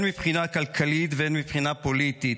הן מבחינה כלכלית והן מבחינה פוליטית.